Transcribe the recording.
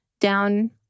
down